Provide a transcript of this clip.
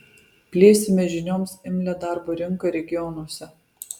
plėsime žinioms imlią darbo rinką regionuose